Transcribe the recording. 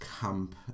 camp